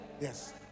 Yes